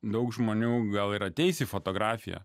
daug žmonių gal ir ateis į fotografiją